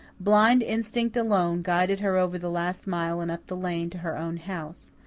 blind instinct alone guided her over the last mile and up the lane to her own house.